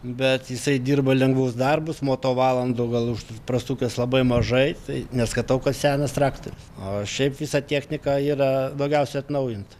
bet jisai dirba lengvus darbus moto valandų gal užtat prasukęs labai mažai tai neskaitau kad senas traktorius o šiaip visa technika yra daugiausia atnaujinta